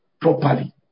properly